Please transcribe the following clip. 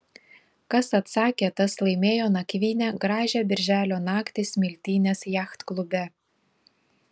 kas atsakė tas laimėjo nakvynę gražią birželio naktį smiltynės jachtklube